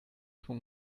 von